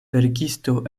verkisto